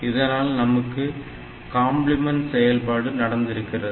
இதனால் நமக்கு காம்ப்ளிமென்ட் செயல்பாடு நடந்திருக்கிறது